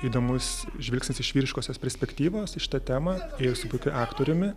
įdomus žvilgsnis iš vyriškosios perspektyvos į šitą temą ir su puikiu aktoriumi